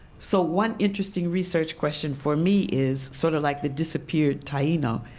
so one interesting research question for me is, sort of like the disappeared taino,